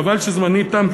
חבל שזמני תם,